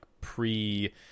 pre-